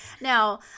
Now